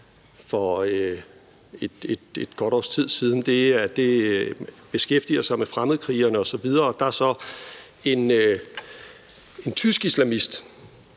for godt et års tid siden. Den beskæftiger sig med fremmedkrigerne, og der er så en tysk islamist,